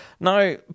Now